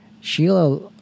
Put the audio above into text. Sheila